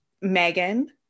Megan